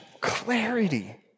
clarity